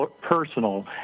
personal